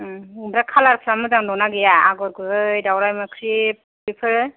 ओमफ्राय कालारफ्रा मोजां दंना गैया आगर गुबै दावराय मोख्रेब बेफोर